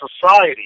society